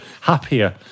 happier